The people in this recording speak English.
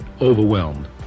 overwhelmed